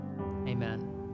amen